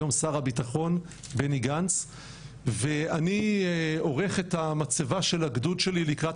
היום שר הביטחון בני גנץ ואני עורך את המצבה של הגדוד שלי לקראת